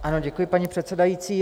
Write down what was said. Ano, děkuji, paní předsedající.